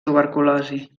tuberculosi